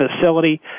facility